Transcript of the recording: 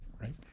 Right